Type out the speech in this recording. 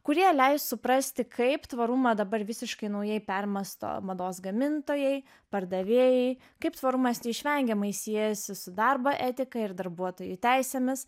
kurie leis suprasti kaip tvarumą dabar visiškai naujai permąsto mados gamintojai pardavėjai kaip tvarumas neišvengiamai siejasi su darbo etika ir darbuotojų teisėmis